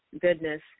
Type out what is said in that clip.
goodness